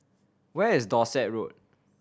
where is Dorset Road